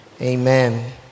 Amen